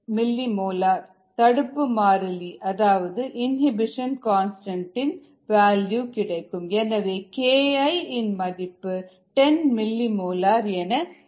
012 10mM தடுப்பு மாறிலி அதாவது இனிபிஷன் கான்ஸ்டன்ட்